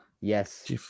Yes